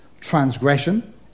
transgression